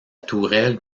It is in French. tourelle